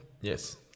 Yes